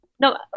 No